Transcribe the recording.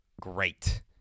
great